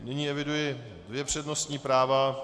Nyní eviduji dvě přednostní práva.